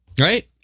Right